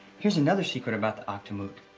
here's another secret about the akdamut.